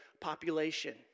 population